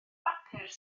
bapur